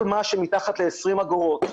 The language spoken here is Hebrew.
כל מה שמתחת ל-20 אגורות,